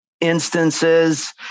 Instances